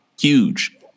Huge